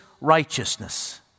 righteousness